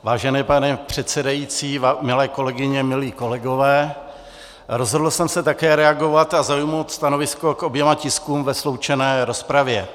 Vážený pane předsedající, milé kolegyně, milí kolegové, rozhodl jsem se také reagovat a zaujmout stanovisko k oběma tiskům ve sloučené rozpravě.